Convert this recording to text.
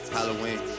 Halloween